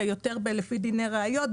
זה יותר לעניין דיני ראיות.